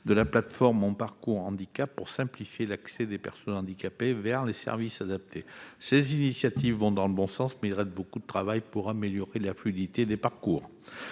de la plateforme « Mon Parcours Handicap », pour simplifier l'accès des personnes handicapées aux services adaptés. Ces initiatives vont dans le bon sens, mais il reste beaucoup de travail pour améliorer la fluidité des parcours.